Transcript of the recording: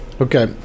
Okay